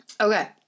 Okay